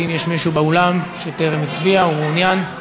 האם יש מישהו באולם שטרם הצביע ומעוניין?